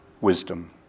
wisdom